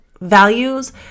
values